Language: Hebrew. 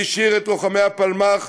והשאיר את לוחמי הפלמ"ח,